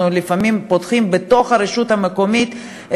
אנחנו לפעמים פותחים בתוך הרשות המקומית,